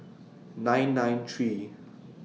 nine nine three